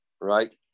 Right